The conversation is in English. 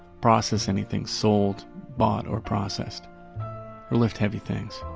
processed anything, sold, bought or processed or lift heavy things.